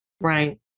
Right